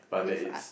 with ah~